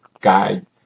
Guide